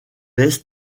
est